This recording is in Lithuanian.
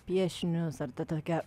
piešinius ar ta tokia